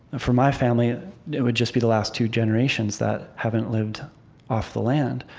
for my family it would just be the last two generations that haven't lived off the land.